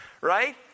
right